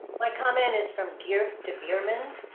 my comment is from geert de vierman.